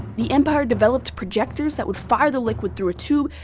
the empire developed projectors that would fire the liquid through a tube,